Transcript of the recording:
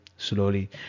Slowly